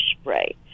spray